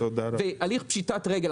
ויהיה הליך פשיטת רגל.